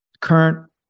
current